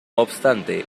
obstante